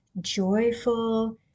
joyful